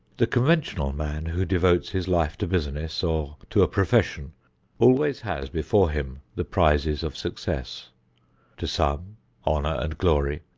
the conventional man who devotes his life to business or to a profession always has before him the prizes of success to some honor and glory,